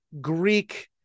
Greek